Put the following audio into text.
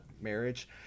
marriage